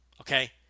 Okay